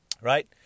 Right